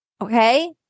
Okay